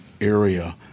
area